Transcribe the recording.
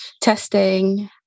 testing